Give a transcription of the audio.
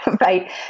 Right